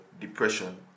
depression